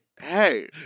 hey